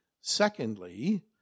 Secondly